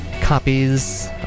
copies